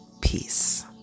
peace